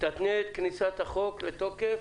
תתנה את כניסת החוק לתוקף